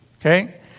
okay